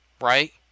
right